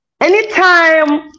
anytime